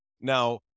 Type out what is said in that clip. Now